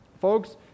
Folks